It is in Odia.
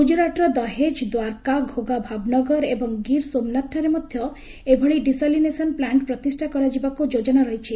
ଗୁଜରାଟର ଦହେଜ ଦ୍ୱାରକା ଘୋଘା ଭାବନଗର ଏବଂ ଗିର୍ ସୋମନାଥଠାରେ ମଧ୍ୟ ଏଭଳି ଡିସାଲିନେସନ୍ ପ୍ଲାଷ୍ଟ୍ ପ୍ରତିଷ୍ଠା କରାଯିବାକୁ ଯୋଜନା ରହିଛି